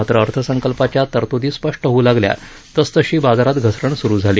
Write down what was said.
मात्र अर्थसंकल्पाच्या तरत्दी स्पष्ट होऊ लागल्या तसतशी बाजारात घसरण सुरू झाली